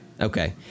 Okay